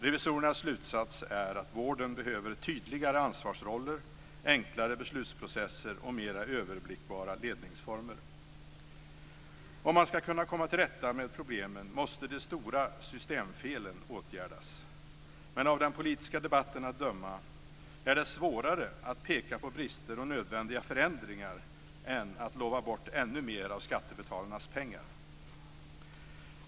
Revisorernas slutsats är att "vården behöver tydligare ansvarsroller, enklare beslutsprocesser och mera överblickbara ledningsformer." Om man skall kunna komma till rätta med problemen måste de stora systemfelen åtgärdas. Men av den politiska debatten att döma är det svårare att peka på brister och nödvändiga förändringar än att lova bort ännu mer av skattebetalarnas pengar.